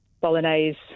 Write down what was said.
bolognese